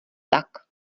tak